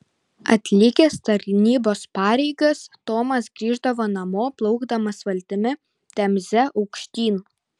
atlikęs tarnybos pareigas tomas grįždavo namo plaukdamas valtimi temze aukštyn